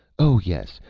oh, yes,